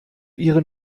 ihren